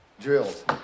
Drills